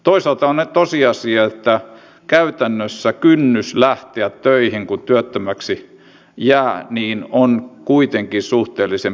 toisaalta on tosiasia että käytännössä kynnys lähteä töihin kun työttömäksi jää on kuitenkin suhteellisen suuri